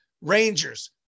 Rangers